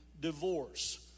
divorce